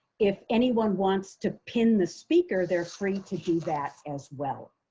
if anyone wants to pin the speaker, they are free to do that as well.